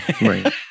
Right